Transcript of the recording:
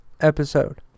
episode